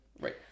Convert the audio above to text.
right